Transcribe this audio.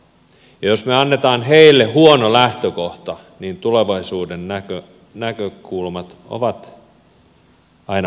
jos me annamme heille huonon lähtökohdan niin tulevaisuuden näkökulmat ovat aina huonommat